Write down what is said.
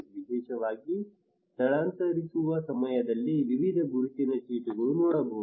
ವಿಶೇಷವಾಗಿ ಸ್ಥಳಾಂತರಿಸುವ ಸಮಯದಲ್ಲಿ ವಿವಿಧ ಗುರುತಿನ ಚೀಟಿಗಳು ನೋಡಬಹುದು